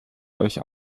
euch